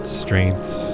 strengths